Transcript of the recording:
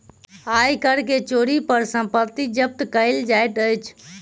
आय कर के चोरी पर संपत्ति जब्त कएल जाइत अछि